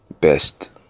best